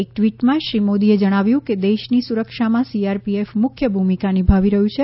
એક ટ્વીટમાં શ્રી મોદીએ જણાવ્યું છે કે દેશની સુરક્ષામાં સીઆરપીએફ મુખ્ય ભૂમિકા નિભાવી રહ્યું છે